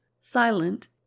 silent